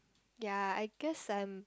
ya I guess I'm